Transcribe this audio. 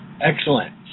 Excellent